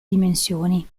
dimensioni